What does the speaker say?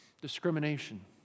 discrimination